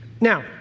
Now